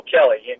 Kelly